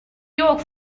york